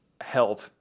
help